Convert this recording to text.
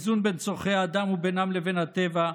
איזון בין צורכי האדם ובינם לבין הטבע.